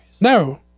no